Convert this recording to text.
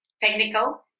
technical